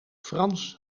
frans